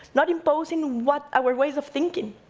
not imposing what our ways of thinking.